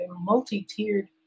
multi-tiered